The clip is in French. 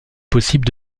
possible